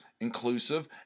inclusive